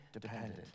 dependent